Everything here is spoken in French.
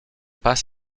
pas